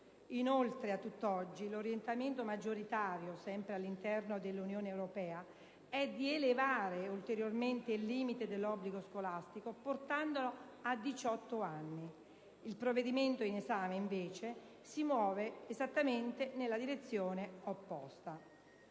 Inoltre, a tutt'oggi l'orientamento maggioritario, sempre all'interno dell'Unione europea, è di elevare ulteriormente il limite dell'obbligo scolastico portandolo a 18 anni. Il provvedimento in esame, invece, si muove esattamente nella direzione opposta.